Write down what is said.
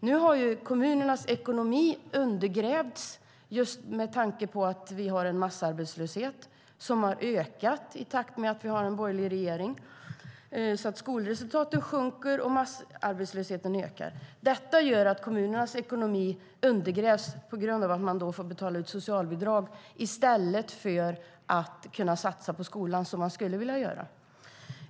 Nu har kommunernas ekonomi undergrävts just med tanke på att vi har en massarbetslöshet, som har ökat i takt med att vi har en borgerlig regering. Skolresultaten sjunker, och massarbetslösheten ökar. Detta gör att kommunernas ekonomi undergrävs på grund av att de då får betala ut socialbidrag i stället för att satsa på skolan som de skulle vilja göra.